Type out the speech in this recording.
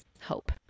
hope